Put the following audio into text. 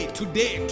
today